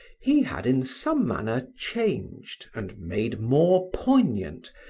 he had in some manner changed and made more poignant,